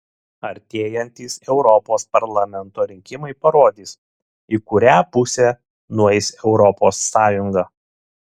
artėjantys europos parlamento rinkimai parodys į kurią pusę nueis europos sąjunga